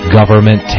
Government